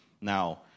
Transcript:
Now